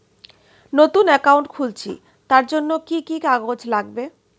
নতুন অ্যাকাউন্ট খুলছি তার জন্য কি কি কাগজ লাগবে?